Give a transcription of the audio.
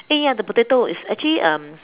eh ya the potatoes it's actually um